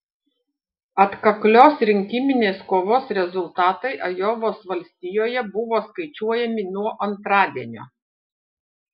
atkaklios rinkiminės kovos rezultatai ajovos valstijoje buvo skaičiuojami nuo antradienio